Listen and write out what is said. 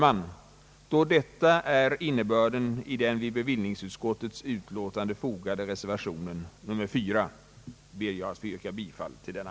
Eftersom vad jag här anfört också är innebörden i den till bevillningsutskottets betänkande fogade reservationen nr 4 ber jag att få yrka bifall till denna.